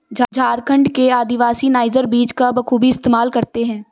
झारखंड के आदिवासी नाइजर बीज का बखूबी इस्तेमाल करते हैं